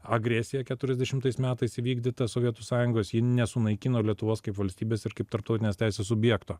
agresija keturiasdešimtais metais įvykdyta sovietų sąjungos ji nesunaikino lietuvos kaip valstybės ir kaip tarptautinės teisės subjekto